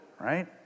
right